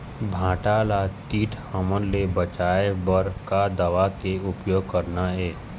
भांटा ला कीट हमन ले बचाए बर का दवा के उपयोग करना ये?